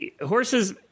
horses